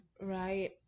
right